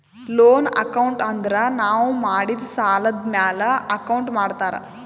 loan account ಅಂದುರ್ ನಾವು ಮಾಡಿದ್ ಸಾಲದ್ ಮ್ಯಾಲ ಅಕೌಂಟ್ ಮಾಡ್ತಾರ್